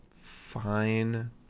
fine